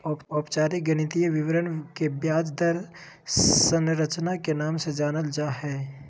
औपचारिक गणितीय विवरण के ब्याज दर संरचना के नाम से जानल जा हय